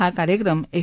हा कार्यक्रम एफ